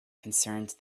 concerned